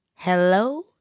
Hello